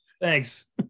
thanks